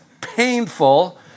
painful